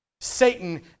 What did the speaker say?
Satan